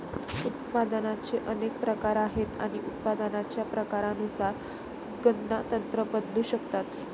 उत्पादनाचे अनेक प्रकार आहेत आणि उत्पादनाच्या प्रकारानुसार गणना तंत्र बदलू शकतात